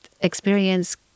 experience